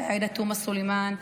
לעאידה תומא סלימאן,